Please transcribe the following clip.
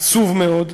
עצוב מאוד.